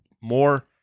more